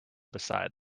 beside